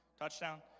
Touchdown